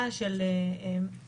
אם מישהו נעצר בערבה,